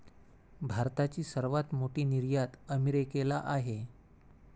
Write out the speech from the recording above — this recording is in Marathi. भारताची सर्वात मोठी निर्यात अमेरिकेला आहे